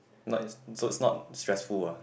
nice so it's not stressful ah